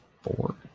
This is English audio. four